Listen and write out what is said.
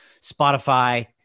Spotify